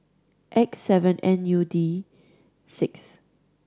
X seven N U D six